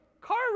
car